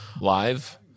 live